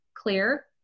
Clear